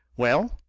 well?